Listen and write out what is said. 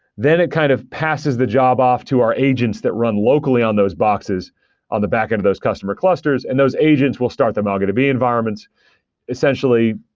then it kind of passes the job off to our agents that run locally on those boxes on the backend of those customer clusters, and those agents will start the mongodb environments essentially,